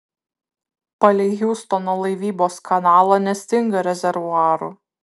palei hjustono laivybos kanalą nestinga rezervuarų